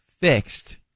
fixed